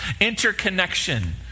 interconnection